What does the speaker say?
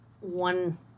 one